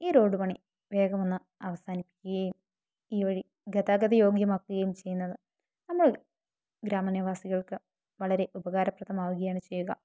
ഈ റോഡ് പണി വേഗം ഒന്ന് അവസാനിക്കുകയും ഈ വഴി ഗതാഗത യോഗ്യമാക്കുകയും ചെയ്യുന്നതും അങ്ങനെ ഗ്രാമനിവാസികള്ക്കു വളരെ ഉപകാരപ്രദമാവുകയാണ് ചെയ്യുക